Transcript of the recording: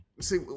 See